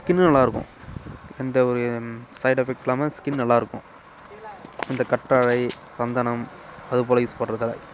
ஸ்கின்னும் நல்லாருக்கும் எந்த ஒரு சைடுஎஃபெக்ட் இல்லாமல் ஸ்கின் நல்லா இருக்கும் இந்த கற்றாழை சந்தனம் அதுபோல யூஸ் பண்ணுறதால